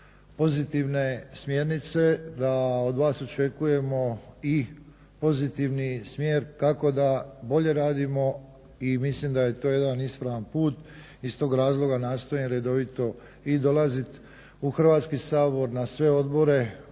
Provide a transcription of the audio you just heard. pozitivne smjernice, da od vas očekujemo i pozitivni smjer kako da bolje radimo i mislim da je to jedan ispravan put i iz tog razloga nastojim redovito i dolazit u Hrvatski sabor na sve odbore.